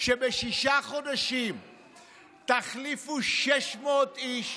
שבשישה חודשים תחליפו 600 איש,